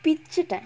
பிச்சிட்ட:pichitta